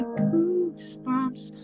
goosebumps